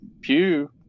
pew